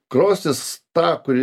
krosnis ta kuri